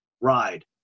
ride